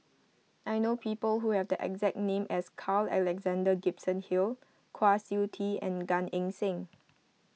I know people who have the exact name as Carl Alexander Gibson Hill Kwa Siew Tee and Gan Eng Seng